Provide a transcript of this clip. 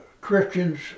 Christians